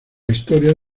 historia